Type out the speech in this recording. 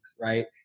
right